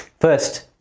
first,